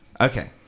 Okay